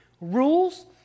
rules